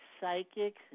psychics